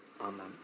amen